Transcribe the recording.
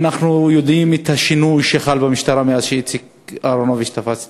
אנחנו יודעים את השינוי שחל במשטרה מאז תפס איציק אהרונוביץ את